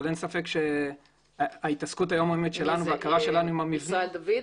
אין ספק שההתעסקות היום שלנו וההכרה שלנו עם המבנים